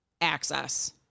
access